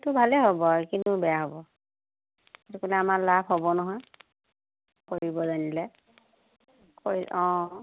সেইটো ভালেই হ'ব আৰু কিনো বেয়া হ'ব সেইটো কাৰণে আমাৰ লাভ হ'ব নহয় কৰিব জানিলে কৰি অঁ